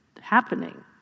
happening